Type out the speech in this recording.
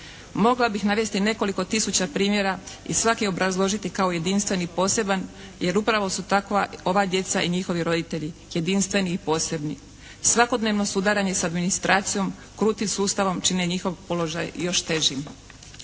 Mogla bih navesti i nekoliko tisuća primjera i svakoga obrazložiti kao jedinstveni i poseban, jer upravo su takova ova djeca i njihovi roditelji – jedinstveni i posebni. Svakodnevno sudaranje sa administracijom, kruti s Ustavom čine njihov položaj još težim.